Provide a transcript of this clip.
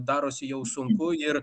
darosi jau sunku ir